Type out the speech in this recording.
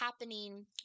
happening